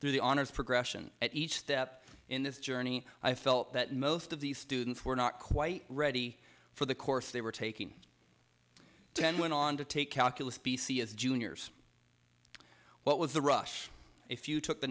the honors progression at each step in this journey i felt that most of the students were not quite ready for the course they were taking ten went on to take calculus b c as juniors what was the rush if you took the